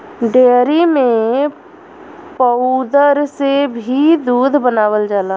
dairy में powder से भी दूध बनावल जाला